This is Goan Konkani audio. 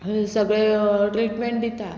सगळें ट्रिटमेंट दिता